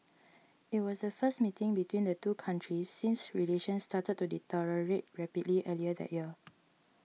it was the first meeting between the two countries since relations started to deteriorate rapidly earlier that year